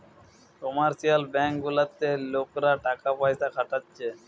commercial bank গুলাতে লোকরা টাকা পয়সা খাটাচ্ছে